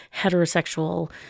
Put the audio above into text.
heterosexual